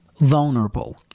vulnerable